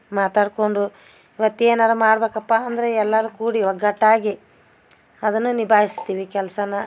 ಮಾತಾಡ್ಕೊಂಡು ಒತ್ತಿ ಏನಾರ ಮಾಡಬೇಕಪ್ಪಾ ಅಂದರೆ ಎಲ್ಲರು ಕೂಡಿ ಒಗ್ಗಟ್ಟಾಗಿ ಅದನ್ನ ನಿಭಾಯಿಸ್ತಿವಿ ಕೆಲಸನ